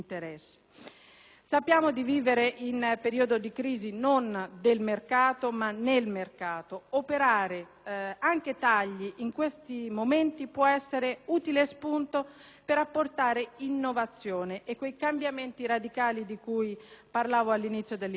Sappiamo di vivere un periodo di crisi, non del mercato ma nel mercato: operare dei tagli in questi momenti può essere anche un utile spunto per apportare innovazione e quei cambiamenti radicali di cui parlavo all'inizio dell'intervento